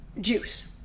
juice